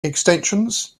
extensions